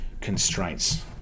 constraints